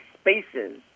spaces